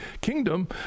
kingdom